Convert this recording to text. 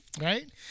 Right